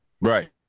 Right